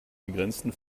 begrenzten